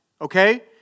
okay